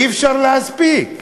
אי-אפשר להספיק.